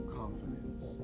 confidence